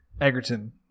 Egerton